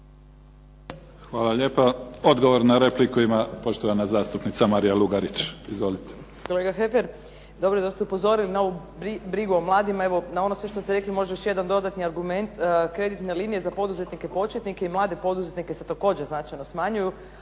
Hvala lijepa. Odgovor na repliku ima poštovana zastupnica Marija Lugarić. Izvolite. **Lugarić, Marija (SDP)** Kolega Heffer, dobro da ste upozorili na ovu brigu o mladima, evo na ono sve što ste rekli može još jedan dodatni argument. Kreditne linije za poduzetnike početnike i mlade poduzetnike se također značajno smanjuju,